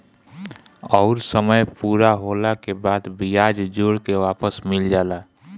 अउर समय पूरा होला के बाद बियाज जोड़ के वापस मिल जाला